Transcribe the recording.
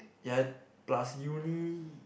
ya plus uni